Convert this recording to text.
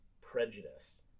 prejudice